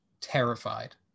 terrified